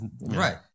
Right